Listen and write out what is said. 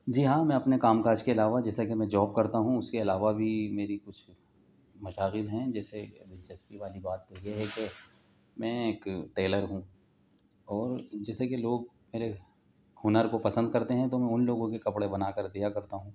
جی ہاں میں اپنے کام کاج کے علاوہ جیسا کہ میں جاب کرتا ہوں اس کے علاوہ بھی میری کچھ مشاغل ہیں جیسے کہ دلچسپی والی بات تو یہ ہے کہ میں ایک ٹیلر ہوں اور جیسا کہ لوگ میرے ہنر کو پسند کرتے ہیں تو میں ان لوگوں کے کپڑے بنا کر دیا کرتا ہوں